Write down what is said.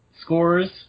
scores